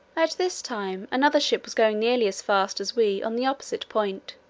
at this time another ship was going nearly as fast as we on the opposite point,